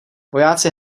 vojáci